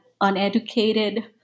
uneducated